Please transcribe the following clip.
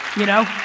you know?